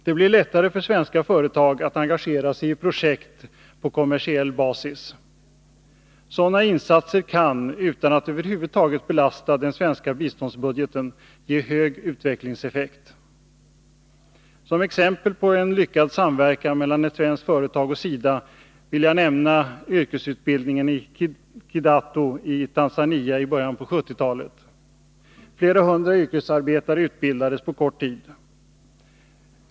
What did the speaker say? Det blir lättare för svenska företag att engagera sig i projekt på kommersiell basis. Sådana insatser kan, utan att över huvud taget belasta den svenska biståndsbudgeten, ge hög utvecklingseffekt. Som exempel på en lyckad samverkan mellan ett svenskt företag och SIDA vill jag nämna yrkesutbildningen i Kidutu i Tanzania i början av 1970-talet. Flera hundra yrkesarbetare utbildades på kort tid.